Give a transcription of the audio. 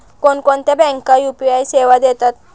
कोणकोणत्या बँका यू.पी.आय सेवा देतात?